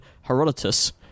Herodotus